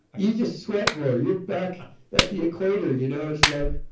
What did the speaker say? you just sweat well. you're back at the equator. you know it's like,